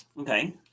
Okay